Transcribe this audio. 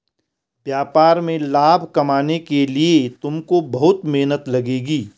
व्यापार में लाभ कमाने के लिए तुमको बहुत मेहनत लगेगी